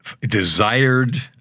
desired